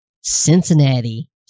Cincinnati